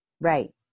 Right